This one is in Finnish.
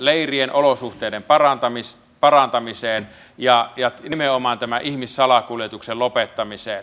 leirien olosuhteiden parantamiseen ja nimenomaan tämän ihmissalakuljetuksen lopettamiseen